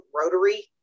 rotary